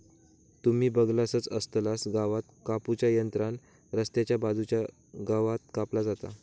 तुम्ही बगलासच आसतलास गवात कापू च्या यंत्रान रस्त्याच्या बाजूचा गवात कापला जाता